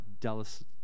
Dallas